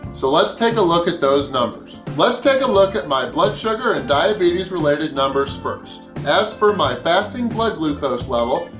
so let's take a look at those numbers. let's take a look at my blood sugar and diabetes related numbers first. as for my fasting blood glucose level,